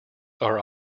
are